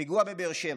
הפיגוע בבאר שבע,